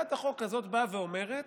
הצעת החוק הזאת באה ומוסיפה